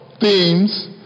themes